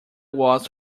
was